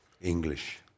English